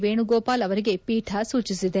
ವೇಣುಗೋಪಾಲ್ ಅವರಿಗೆ ಪೀಠ ಸೂಚಿಸಿದೆ